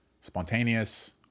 spontaneous